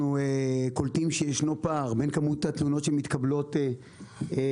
אנחנו קולטים שישנו פער בין כמות התלונות שמתקבלות ברשות,